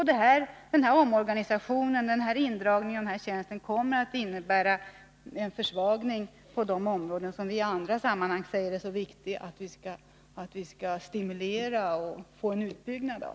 Denna omorganisation och indragning av den här tjänsten kommer att innebära en försvagning på de områden som vi i andra sammanhang säger är så viktiga och som vi vill stimulera och få en utbyggnad av.